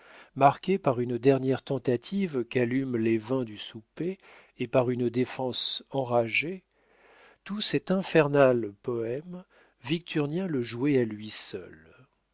marqué par une dernière tentative qu'allument les vins du souper et par une défense enragée tout cet infernal poème victurnien le jouait à lui seul